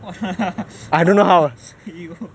!wah! how are you